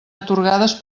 atorgades